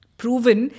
proven